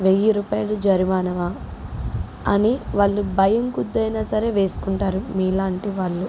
వెయ్యి రూపాయలు జరిమానమా అని వాళ్ళు భయంకొద్ది అయినా సరే వేసుకుంటారు మీలాంటి వాళ్ళు